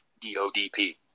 D-O-D-P